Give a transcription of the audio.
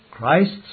Christ's